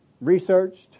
researched